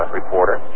reporter